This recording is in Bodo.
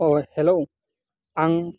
अह हेलौ आं